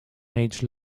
age